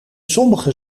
sommige